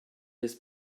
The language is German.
des